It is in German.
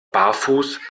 barfuß